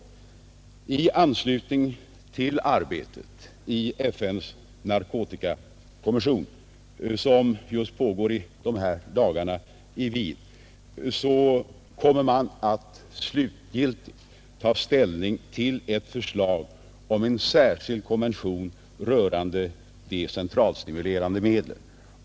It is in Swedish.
I anslutning till arbetet i FN:s narkotikakommission pågår just i dessa dagar en konferens i Wien, där man mera slutgiltigt kommer att ta ställning till ett förslag om en särskild konvention rörande de centralstimulerande medlen.